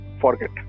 forget